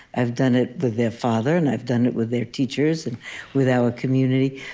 i've done it with their father, and i've done it with their teachers and with our community.